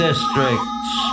Districts